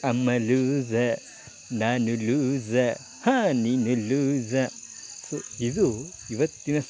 ಅಮ್ಮ ಲೂಸಾ ನಾನು ಲೂಸಾ ಹಾಂ ನೀನು ಲೂಸಾ ಸೊ ಇದು ಇವತ್ತಿನ ಸಾಂಗ್